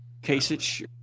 Kasich